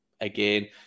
again